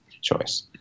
choice